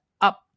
up